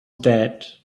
that